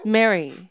Mary